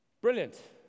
Brilliant